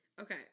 Okay